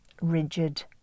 rigid